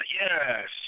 Yes